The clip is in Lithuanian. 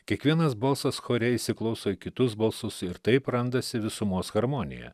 kiekvienas balsas chore įsiklauso į kitus balsus ir taip randasi visumos harmonija